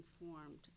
informed